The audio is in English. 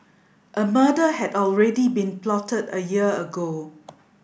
a murder had already been plotted a year ago